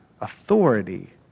authority